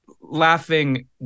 laughing